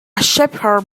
shepherd